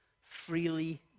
Freely